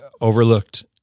overlooked